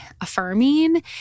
affirming